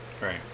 Right